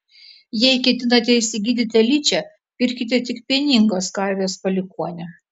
jei ketinate įsigyti telyčią pirkite tik pieningos karvės palikuonę